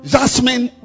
Jasmine